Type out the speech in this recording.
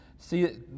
See